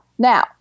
Now